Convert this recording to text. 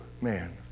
man